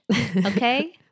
Okay